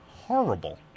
horrible